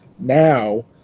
now